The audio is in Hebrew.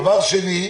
דבר שני,